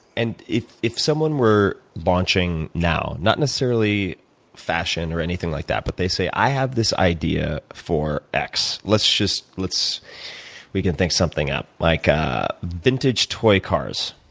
and if if someone were launching now, not necessarily fashion or anything like that. but they say, i have this idea for x, let's just let's we can think something up like vintage toy cars,